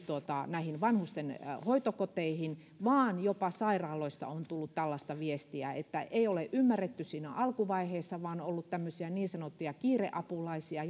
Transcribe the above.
näihin vanhusten hoitokoteihin vaan jopa sairaaloista on tullut tällaista viestiä että ei ole ymmärretty siinä alkuvaiheessa vaan ollut tämmöisiä niin sanottuja kiireapulaisia